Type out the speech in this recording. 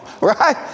right